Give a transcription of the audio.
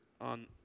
on